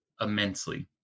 immensely